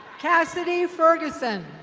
cassidy ferguson.